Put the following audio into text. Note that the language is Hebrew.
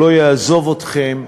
לא יעזוב אתכם,